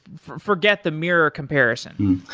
forget the mirror comparison.